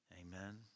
Amen